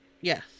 Yes